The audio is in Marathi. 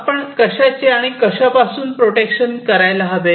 आपण कशाचे आणि कशापासुन प्रोटेक्शन करायला हवे